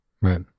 right